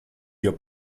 your